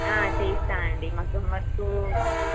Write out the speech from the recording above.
చేయిస్తాను అండి మగ్గం వర్కు